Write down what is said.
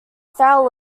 foul